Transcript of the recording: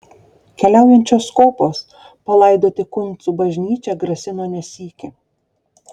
keliaujančios kopos palaidoti kuncų bažnyčią grasino ne sykį